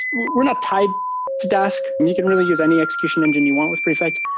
we're not tied to dask. and you can really use any execution engine you want with prefect.